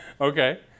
Okay